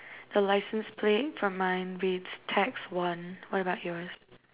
the license plate from mine reads tax one what about yours